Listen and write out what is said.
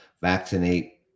vaccinate